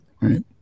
right